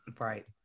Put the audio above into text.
right